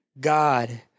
God